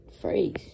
Phrase